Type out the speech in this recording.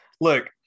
look